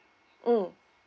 mm